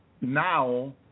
now